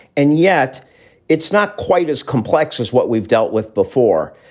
and yet it's not quite as complex as what we've dealt with before.